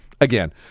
again